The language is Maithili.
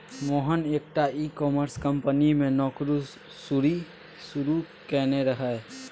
मोहन एकटा ई कॉमर्स कंपनी मे नौकरी शुरू केने रहय